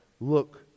Look